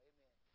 Amen